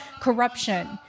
corruption